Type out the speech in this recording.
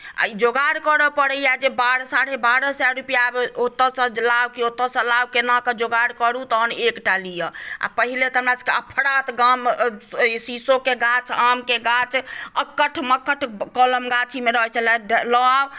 आ ई जोगाड़ करय पड़ैए जे बारह साढ़े बारह सए रुपैआ आब ओतयसँ लाउ कि ओतयसँ लाउ केनाके जोगाड़ करू तहन एकटा लिअ आ पहिने तऽ हमरासभकेँ अफरात गाम शीशोके गाछ आमके गाछ अकठ मकठ कलम गाछीमे रहैत छलए लऽ आउ